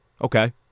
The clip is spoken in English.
okay